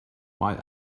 mae